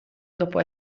dopo